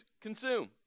consume